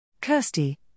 Kirsty